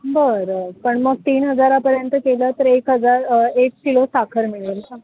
बरं पण मग तीन हजारापर्यंत केलं तर एक हजार एक किलो साखर मिळेल का